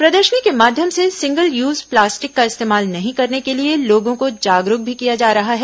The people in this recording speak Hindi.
प्रदर्शनी के माध्यम से सिंगल यूज प्लास्टिक का इस्तेमाल नहीं करने के लिए लोगों को जागरूक भी किया जा रहा है